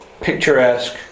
picturesque